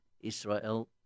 Israel